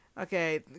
Okay